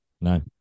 No